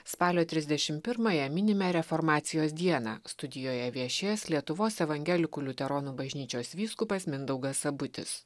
spalio trisdešimt pirmąją minime reformacijos dieną studijoje viešės lietuvos evangelikų liuteronų bažnyčios vyskupas mindaugas sabutis